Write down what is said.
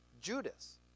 Judas